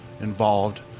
involved